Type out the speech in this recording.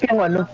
one